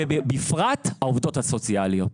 ובפרט העובדות הסוציאליות.